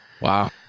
Wow